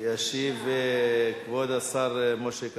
ישיב כבוד השר משה כחלון.